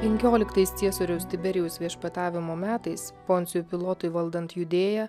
penkioliktais ciesoriaus tiberijaus viešpatavimo metais poncijui pilotui valdant judėją